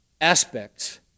aspects